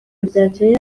ryakeye